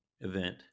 event